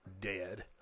dead